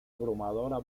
abrumadora